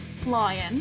flying